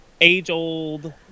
age-old